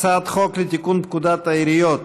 הצעת חוק לתיקון פקודת העיריות